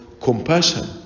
compassion